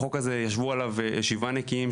החוק הזה ישבו עליו שבעה נקיים,